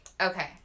Okay